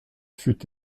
fut